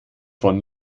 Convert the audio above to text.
von